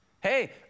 Hey